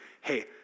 hey